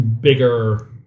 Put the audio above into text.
bigger